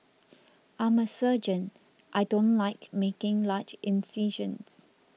I'm a surgeon I don't like making large incisions